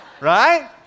right